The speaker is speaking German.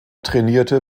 trainierte